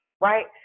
right